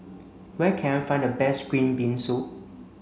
where can I find the best green bean soup